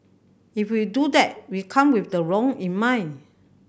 if we do that we come with the wrong in mind